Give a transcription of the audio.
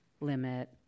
limit